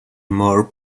more